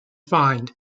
fined